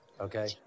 okay